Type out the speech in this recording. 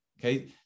okay